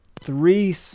three